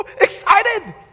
excited